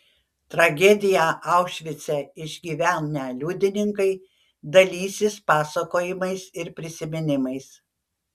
tragediją aušvice išgyvenę liudininkai dalysis pasakojimais ir prisiminimais